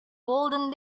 golden